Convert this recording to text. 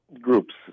groups